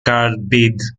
carbide